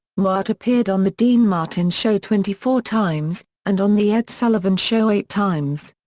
newhart appeared on the dean martin show twenty four times, and on the ed sullivan show eight times.